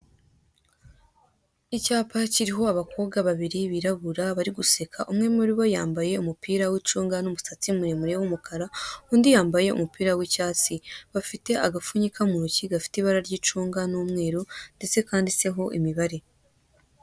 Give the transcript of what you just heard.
Icyapa kiriho abakobwa babiri birabura bari guseka, umwe muri bo yambaye umupira w'icunga n'umutsatsi muremure w'umukara, undi yambaye umupira w'icyatsi, bafite agafunyika mu ntoki gafite ibara ry'icunga n'umweru ndetse kanditseho imibare.